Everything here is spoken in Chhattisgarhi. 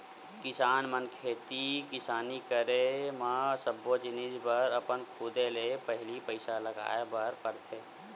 किसान मन खेती किसानी के करे म सब्बो जिनिस बर अपन खुदे ले पहिली पइसा लगाय बर परथे